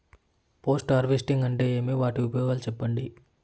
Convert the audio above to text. Post harvesting అంటే ఏమి? వాటి ఉపయోగాలు చెప్పండి?